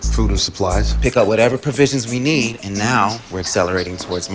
through supplies pick up whatever provisions we need and now we're celebrating swards